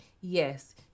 Yes